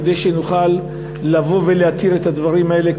כדי שנוכל להתיר את הדברים האלה,